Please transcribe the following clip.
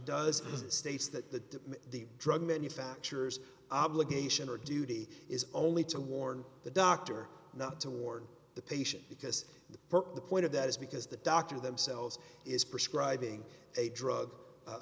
it states that the drug manufacturers obligation or duty is only to warn the doctor not toward the patient because the per the point of that is because the doctor themselves is prescribing a drug